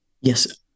Yes